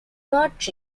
not